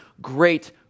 great